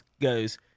goes